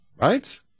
Right